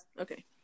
Okay